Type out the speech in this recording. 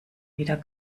wieder